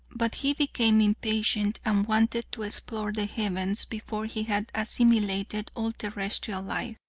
but he became impatient, and wanted to explore the heavens before he had assimilated all terrestrial life,